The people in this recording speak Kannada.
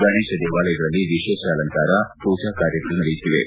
ಗಣೇಶ ದೇವಾಲಯಗಳಲ್ಲಿ ವಿಶೇಷ ಅಲಂಕಾರ ಪೂಜಾ ಕಾರ್ಕಕ್ರಮಗಳು ನಡೆಯುತ್ತಿವೆ